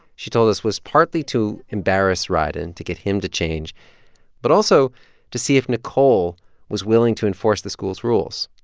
she told us, was partly to embarrass rieden to get him to change but also to see if nicole was willing to enforce the school's rules,